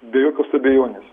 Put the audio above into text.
be jokios abejonės